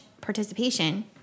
participation